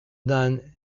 none